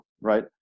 right